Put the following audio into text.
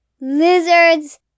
Lizards